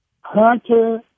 Hunter